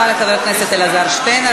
תודה רבה לחבר הכנסת אלעזר שטרן.